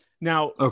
now